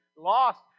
lost